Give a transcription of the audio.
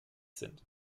sind